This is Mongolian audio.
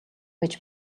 гэж